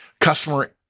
customer